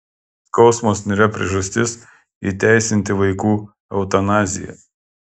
skausmas nėra priežastis įteisinti vaikų eutanaziją